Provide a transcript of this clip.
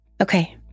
Okay